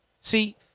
See